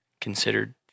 considered